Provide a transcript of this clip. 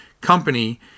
Company